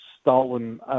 stolen